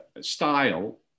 style